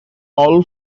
all